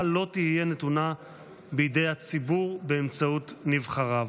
לא תהיה נתונה בידי הציבור באמצעות נבחריו,